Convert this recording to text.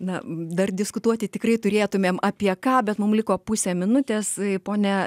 na dar diskutuoti tikrai turėtumėm apie ką bet mum liko pusę minutės pone